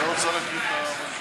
מוזיקה.